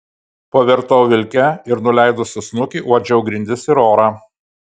pavirtau vilke ir nuleidusi snukį uodžiau grindis ir orą